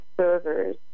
servers